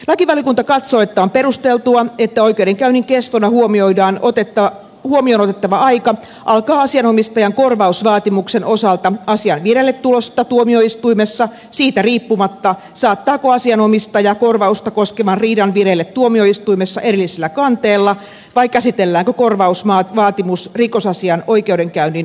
lakivaliokunta katsoo että on perusteltua että oikeudenkäynnin kestona huomioon otettava aika alkaa asianomistajan korvausvaatimuksen osalta asian vireilletulosta tuomioistuimessa siitä riippumatta saattaako asianomistaja korvausta koskevan riidan vireille tuomioistuimessa erillisellä kanteella vai käsitelläänkö korvausvaatimus rikosasian oikeudenkäynnin yhteydessä